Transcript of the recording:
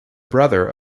brother